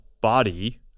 body